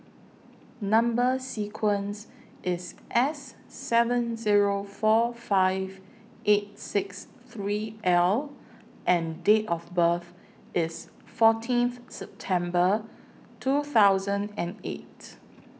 Number sequence IS S seven Zero four five eight six three L and Date of birth IS fourteenth September two thousand and eight